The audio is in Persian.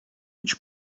هیچ